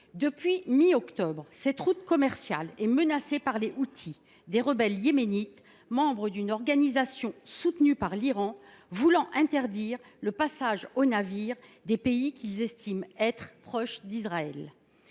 Depuis mi octobre, cette route commerciale est menacée par les Houthis, des rebelles yéménites membres d’une organisation soutenue par l’Iran voulant interdire le passage aux navires des pays qu’ils estiment être proches d’Israël.